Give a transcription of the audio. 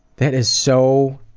that is so